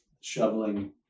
shoveling